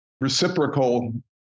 reciprocal